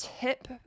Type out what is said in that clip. tip